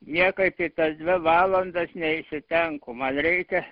niekaip į tas dvi valandas neįsitenku man reikia